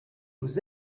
aux